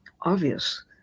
obvious